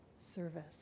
service